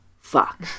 fuck